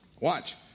Watch